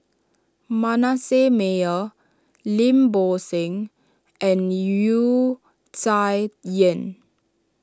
Manasseh Meyer Lim Bo Seng and Wu Tsai Yen